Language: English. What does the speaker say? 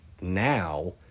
now